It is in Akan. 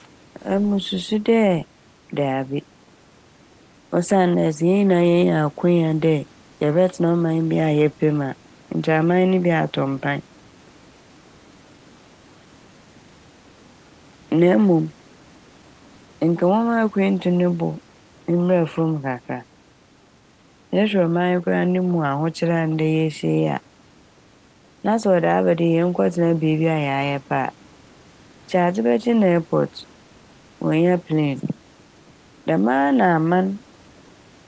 Emi mususu dɛ daabi osiandɛ hɛn nyinaa yenya akwanya dɛ yɛbɛtsena ɔman bia yɛpɛ mu a nkyɛ aman ne bi a atɔ mpan. Na mom nka wɔma akwantu ne bo mbra famu kakra a. Ehwɛ ɔman yi koraa a ne mu ahokyer a ndɛ yehyia yi a na sɛ wɔde aba dɛ yɛnkɔ tsena beebi a yɛɛa yɛpɛ a nkyɛ adze bɛkye na "airport" wonnya "plane" dɛm a na aman